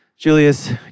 Julius